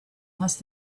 must